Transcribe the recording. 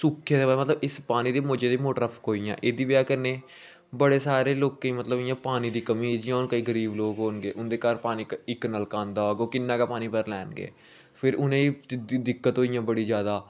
सूखे दी बजह् मतलब इस पानी दी मूजब मोटरां फकोइयां एह्दी बजह् कन्नै बडे़ सारे लोकें ई मतलब इ'यां पानी दी कमी होई जि'यां हून केईं गरीब लोग होन गे उं'दे घर पानी दा इक नलका आंदा होग ओह् कि'न्ना गै पानी भरी लैन गे फिर उ'नें ई दिक्कत होइयां बड़ी जादा